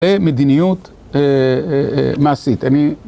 ומדיניות מעשית. אני..